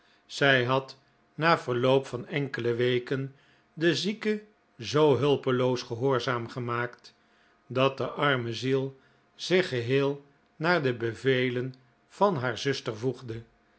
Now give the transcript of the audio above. zij had na verloop van enkele weken de zieke zoo hulpeloos gehoorzaam gemaakt dat de arme ziel zich geheel naar de bevelen van haar zuster